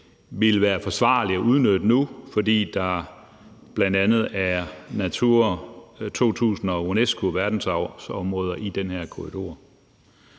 ville være forsvarlig at udnytte nu, fordi der bl.a. er Natura 2000-områder og UNESCO-verdensarvsområder i den her korridor.